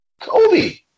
Kobe